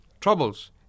troubles